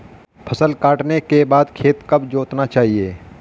फसल काटने के बाद खेत कब जोतना चाहिये?